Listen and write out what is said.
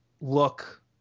look